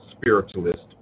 spiritualist